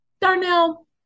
Darnell